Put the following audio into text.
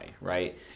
right